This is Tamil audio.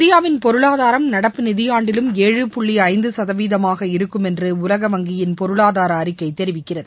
இந்தியாவின் பொருளாதாரம் நடப்பு நிதியாண்டிலும் ஏழு புள்ளி ஐந்து சதவீதமாக இருக்கும் என்று உலக வங்கியின் பொருளாதார அறிக்கை தெரிவிக்கிறது